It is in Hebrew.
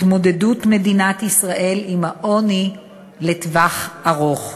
התמודדות מדינת ישראל עם העוני לטווח ארוך.